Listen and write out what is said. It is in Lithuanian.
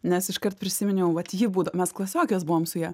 nes iškart prisiminiau vat ji būd mes klasiokės buvom su ja